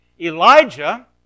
Elijah